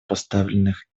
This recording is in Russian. поставленных